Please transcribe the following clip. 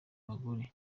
abagore